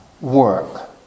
work